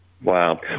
Wow